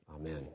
Amen